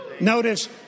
Notice